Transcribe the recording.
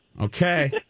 Okay